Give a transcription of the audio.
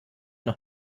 noch